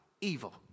evil